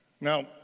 Now